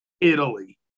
Italy